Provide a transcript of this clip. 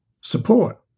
support